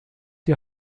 die